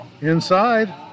inside